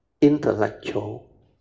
intellectual